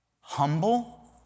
humble